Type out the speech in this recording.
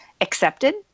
accepted